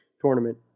tournament